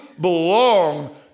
belong